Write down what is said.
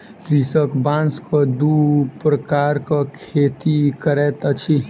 कृषक बांसक दू प्रकारक खेती करैत अछि